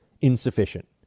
insufficient